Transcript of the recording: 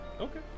Okay